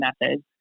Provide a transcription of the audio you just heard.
methods